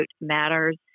matters